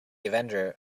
avenger